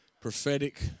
prophetic